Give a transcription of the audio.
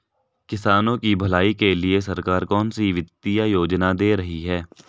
किसानों की भलाई के लिए सरकार कौनसी वित्तीय योजना दे रही है?